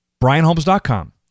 BrianHolmes.com